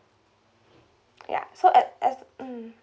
ya so at as mm